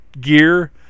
gear